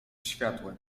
światłem